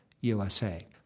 USA